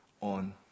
on